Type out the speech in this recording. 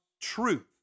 truth